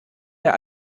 wir